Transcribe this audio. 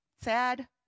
sad